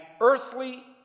earthly